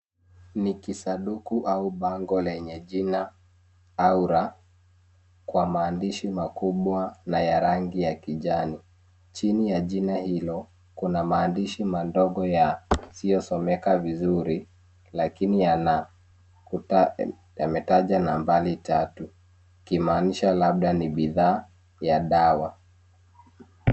Ni kisanduku au bango lenye jina aura kwa maandishi makubwa na ya rangi ya kijani. Chini ya jina hilo kuna maandishi madogo yasiyosomeka vizuri lakini yametaja nambari tatu kumaanisha labda ni bidhaa ya dawa.